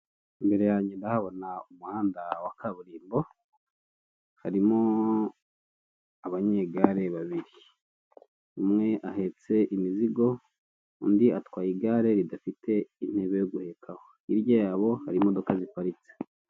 Imbere yange ndahabona umuhanda wa kaburimbo, harimo abanyegare babiri. Umwe ahetse mizigo, undi atwaye igare ridafite intebe yo guhekaho. Hirya yaho hari imodoka ziparitse.